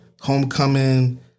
homecoming